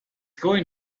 going